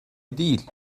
değil